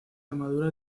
armadura